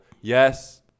Yes